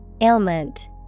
Ailment